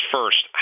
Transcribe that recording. First